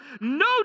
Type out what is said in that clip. No